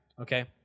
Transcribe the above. okay